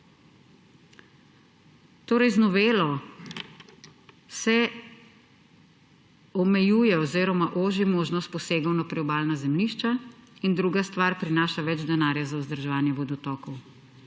Torej, z novelo se omejuje oziroma oži možnost posegov na priobalna zemljišča. In druga stvar, prinaša več denarja za vzdrževanje vodotokov.